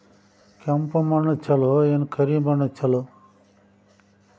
ಕೆಂಪ ಮಣ್ಣ ಛಲೋ ಏನ್ ಕರಿ ಮಣ್ಣ ಛಲೋ?